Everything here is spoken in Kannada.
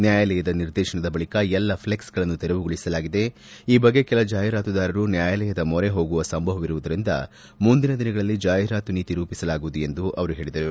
ನ್ಯಾಯಾಲಯದ ನಿರ್ದೇಶನದ ಬಳಕ ಎಲ್ಲಾ ಫ್ಲೆಕ್ಸ್ಗಳನ್ನು ತೆರವುಗೊಳಿಸಲಾಗಿದೆ ಈ ಬಗ್ಗೆ ಕೆಲ ಜಾಹಿರಾತುದಾರರು ನ್ಯಾಯಾಲಯದ ಮೊರೆ ಹೋಗುವ ಸಂಭವವಿರುವುದರಿಂದ ಮುಂದಿನ ದಿನಗಳಲ್ಲಿ ಜಾಹಿರಾತು ನೀತಿ ರೂಪಿಸಲಾಗುವುದು ಎಂದು ಅವರು ಹೇಳಿದರು